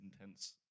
intense